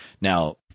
Now